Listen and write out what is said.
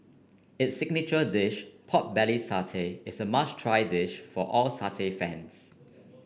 its signature dish pork belly satay is a must try dish for all satay fans